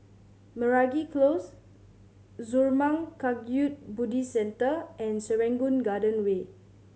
Meragi Close Zurmang Kagyud Buddhist Centre and Serangoon Garden Way